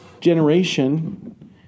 generation